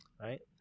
right